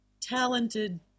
talented